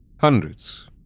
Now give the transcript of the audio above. Hundreds